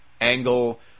Angle